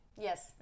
Yes